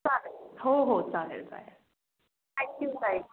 चालेल हो हो चालेल चालेल थँक्यू ताई